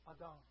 Adam